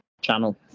channel